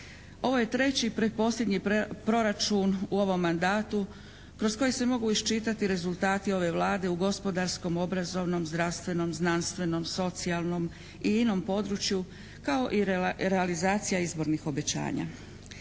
Ovo je treći pretposljednji proračun u ovom mandatu kroz koji se mogu iščitati rezultati ove Vlade u gospodarskom, obrazovnom, zdravstvenom, znanstvenom, socijalnom i inom području kao i realizacija izbornih obećanja.